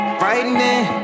frightening